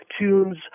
tunes